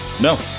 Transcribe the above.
No